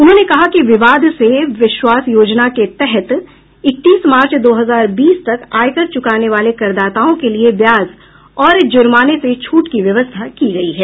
उन्होंने कहा कि विवाद से विश्वास योजना के तहत इकतीस मार्च दो हजार बीस तक आयकर चुकाने वाले करदाताओं के लिऐ ब्याज और जुर्माने से छूट की व्यवस्था की गई है